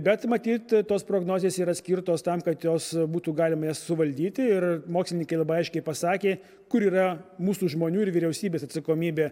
bet matyt tos prognozės yra skirtos tam kad jos būtų galima jas suvaldyti ir mokslininkai labai aiškiai pasakė kur yra mūsų žmonių ir vyriausybės atsakomybė